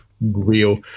real